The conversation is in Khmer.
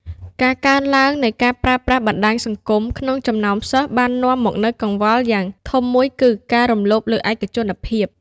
ការកើនឡើងនៃការប្រើប្រាស់បណ្តាញសង្គមក្នុងចំណោមសិស្សបាននាំមកនូវកង្វល់យ៉ាងធំមួយគឺ ការរំលោភលើឯកជនភាព។